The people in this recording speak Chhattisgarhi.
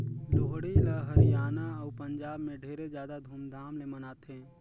लोहड़ी ल हरियाना अउ पंजाब में ढेरे जादा धूमधाम ले मनाथें